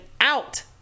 out